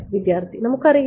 വിദ്യാർത്ഥി നമുക്കറിയില്ല